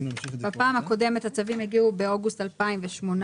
בפעם הקודמת הצווים הגיעו באוגוסט 2018,